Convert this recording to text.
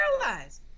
paralyzed